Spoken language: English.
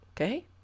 Okay